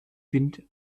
wind